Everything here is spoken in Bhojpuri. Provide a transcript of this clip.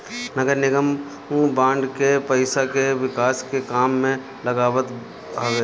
नगरनिगम बांड के पईसा के विकास के काम में लगावत हवे